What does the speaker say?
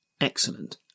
excellent